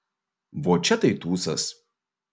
vo čia tai tūsas